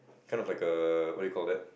kind of like err what you call that